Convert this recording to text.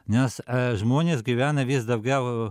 nes žmonės gyvena vis daugiau